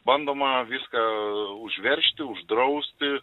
bandoma viską užveržti uždrausti